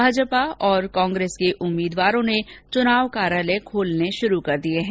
भाजपा और कांग्रेस के उम्मीदवारों ने चुनाव कार्यालय खोलने शुरू कर दिए हैं